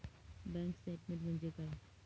Bank statement म्हणजे काय?